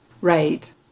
Right